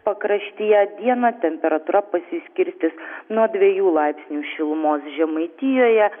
pakraštyje dieną temperatūra pasiskirstys nuo dviejų laipsnių šilumos žemaitijoje